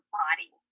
body